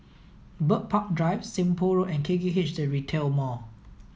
Bird Park Drive Seng Poh Road and K K H The Retail Mall